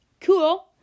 Cool